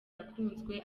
yakunzwe